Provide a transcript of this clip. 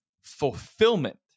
fulfillment